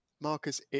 Marcus